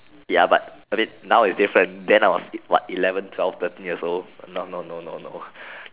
ya but a bit now is different then I was what eleven twelve thirteen years old no no no no no